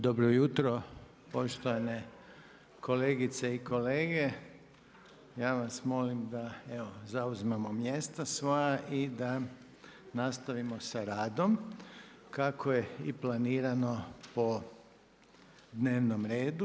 Dobro jutro poštovane kolegice i kolege, ja vas molim da evo zauzmemo mjesta svoja i da nastavimo sa radom kako je i planirano po dnevnom redu.